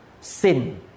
sin